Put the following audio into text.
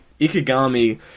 ikigami